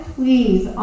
please